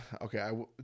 Okay